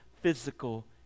physical